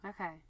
Okay